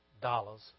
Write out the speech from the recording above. dollars